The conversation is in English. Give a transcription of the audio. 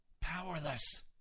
powerless